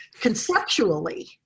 conceptually